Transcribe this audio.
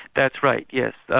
that's right, yes.